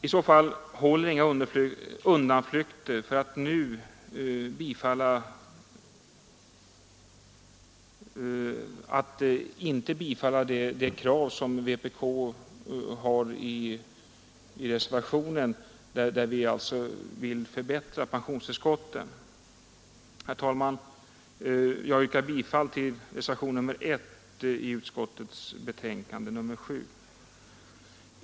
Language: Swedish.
I så fall håller inga undanflykter för att nu inte tillmötesgå de krav som vpk framför i reservationen, enligt vilken vi vill förbättra pensionstillskotten. Herr talman! Jag yrkar bifall till reservationen 1 i socialförsäkringsutskottets betänkande nr 7.